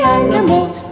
animals